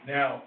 Now